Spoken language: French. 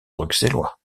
bruxellois